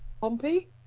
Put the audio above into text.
Pompey